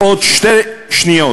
עוד שתי שניות,